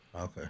Okay